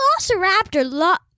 velociraptor